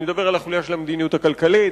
אני מדבר על החוליה של המדיניות הכלכלית,